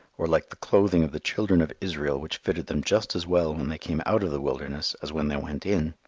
or like the clothing of the children of israel, which fitted them just as well when they came out of the wilderness as when they went in.